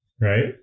Right